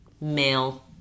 male